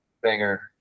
banger